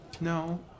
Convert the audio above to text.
No